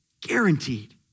Guaranteed